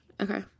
Okay